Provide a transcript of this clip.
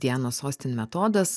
dianos osten metodas